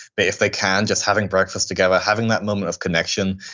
but if they can, just having breakfast together, having that moment of connection.